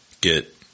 get